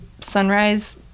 sunrise